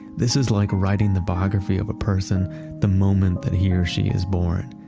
this is like writing the biography of a person the moment that he or she is born.